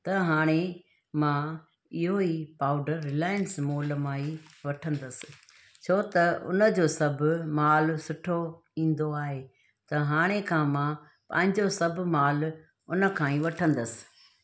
त हाणे मां इहो ई पाउडर रिलायंस मॉल मां ई वठंदसि छो त उन जो सभु माल सुठो ईंदो आहे त हाणे खां मां पंहिंजो सभु माल उन खां ई वठंदसि